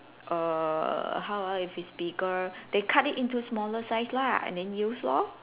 err how ah if it's bigger then cut it into smaller size lah and then use lor